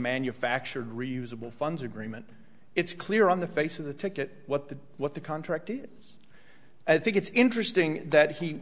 manufactured reusable funds agreement it's clear on the face of the ticket what the what the contract i think it's interesting that he